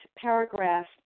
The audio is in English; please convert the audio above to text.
paragraph